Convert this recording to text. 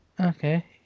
Okay